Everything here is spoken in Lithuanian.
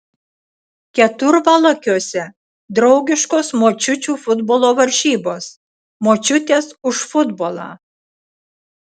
keturvalakiuose draugiškos močiučių futbolo varžybos močiutės už futbolą